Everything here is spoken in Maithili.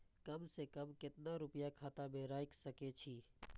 कम से कम केतना रूपया खाता में राइख सके छी?